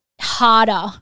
harder